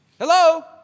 Hello